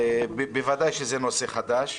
ובוודאי שזה נושא חדש.